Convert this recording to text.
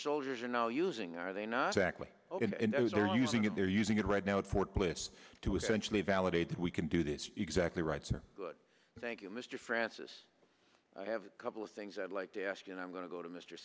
soldiers are now using are they not actually using it they're using it right now at fort bliss to essentially validate that we can do this exactly right so good thank you mr francis i have a couple of things i'd like to ask and i'm going to go to mr